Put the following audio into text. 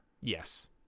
Yes